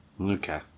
Okay